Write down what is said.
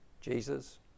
Jesus